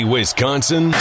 Wisconsin